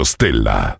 Stella